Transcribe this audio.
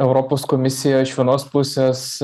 europos komisija iš vienos pusės